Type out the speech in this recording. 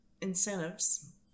incentives